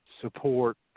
support